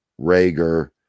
Rager